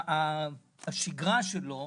בשגרה שלו